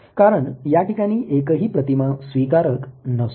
कारण या ठिकाणी एकही प्रतिमा स्वीकारक नसतो